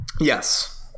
Yes